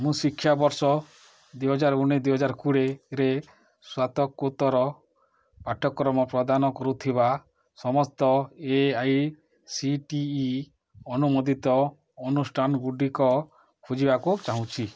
ମୁଁ ଶିକ୍ଷାବର୍ଷ ଦୁଇହଜାର ଉଣେଇଶି ଦୁଇହଜାର କୋଡ଼ିଏରେ ସ୍ନାତକୋତ୍ତର ପାଠ୍ୟକ୍ରମ ପ୍ରଦାନ କରୁଥିବା ସମସ୍ତ A I C T E ଅନୁମୋଦିତ ଅନୁଷ୍ଠାନ ଗୁଡ଼ିକ ଖୋଜିବାକୁ ଚାହୁଁଛି